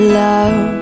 love